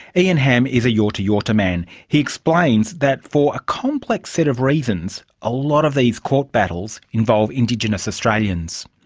ian hamm is a yorta yorta man. he explains that for a complex set of reasons, a lot of these court battles involve indigenous australians.